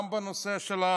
גם בנושא של,